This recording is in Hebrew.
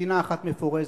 מדינה אחת מפורזת.